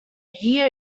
year